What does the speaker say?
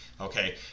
okay